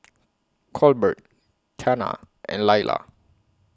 Colbert Tana and Laila